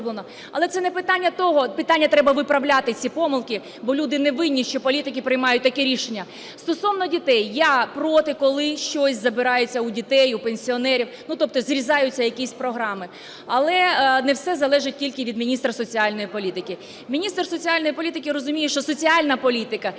Але це не питання того… Треба виправляти ці помилки, бо люди не винні, що політики приймають такі рішення. Стосовно дітей. Я проти, коли щось забирається у дітей, у пенсіонерів, тобто зрізаються якісь програми. Але не все залежить тільки від міністра соціальної політики. Міністр соціальної політики розуміє, що соціальна політика –